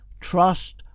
trust